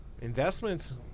Investments